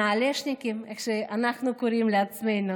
"נעלשניקים" איך שאנחנו קוראים לעצמנו,